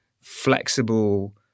flexible